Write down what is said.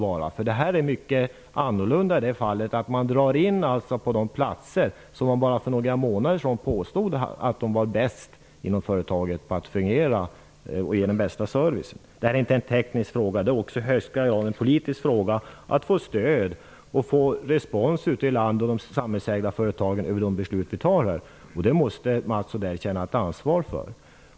I det här fallet drar man in på de platser som man bara för några månader sedan påstod fungerade bäst och gav den bästa servicen inom företaget. Det är inte en teknisk fråga. Det är i högsta grad en politisk fråga. Vi skall ute i landet och på de samhällsägda företagen få stöd för, och respons på, de beslut som vi fattar här. Det måste Mats Odell känna ett ansvar för.